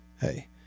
hey